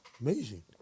amazing